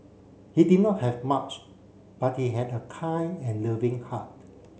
he did not have much but he had a kind and loving heart